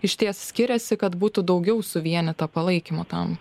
išties skiriasi kad būtų daugiau suvienyta palaikymo tam